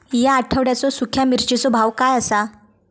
या आठवड्याचो सुख्या मिर्चीचो भाव काय आसा?